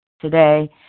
today